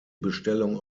bestellung